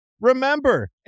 remember